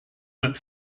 went